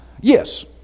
Yes